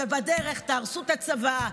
ובדרך תהרסו את הצבא,